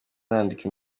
nandika